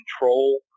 control